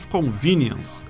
Convenience